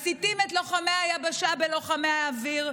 מסיתים את לוחמי היבשה בלוחמי האוויר.